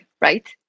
right